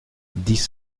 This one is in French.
dix